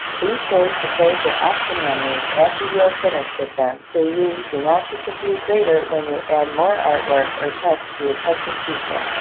be sure to close your option menus after you are finished with them so you do not get confused later when you add more artwork or text to your custom t-shirt.